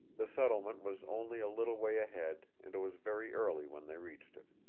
the settlement was only a little way ahead and it was very early when they reached it.